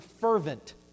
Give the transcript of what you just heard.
fervent